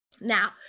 Now